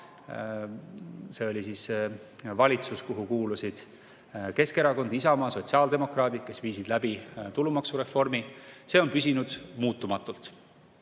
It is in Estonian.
see oli valitsus, kuhu kuulusid Keskerakond, Isamaa, sotsiaaldemokraadid, kes viisid läbi tulumaksureformi –, on püsinud muutumatult.